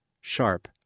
sharp